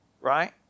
right